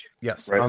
yes